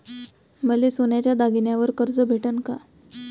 मले सोन्याच्या दागिन्यावर कर्ज भेटन का?